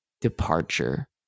departure